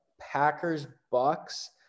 Packers-Bucks